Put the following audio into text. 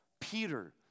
Peter